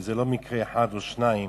וזה לא מקרה אחד או שניים.